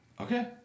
Okay